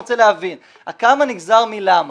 ה-כמה נגזר מ-למה.